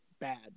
bad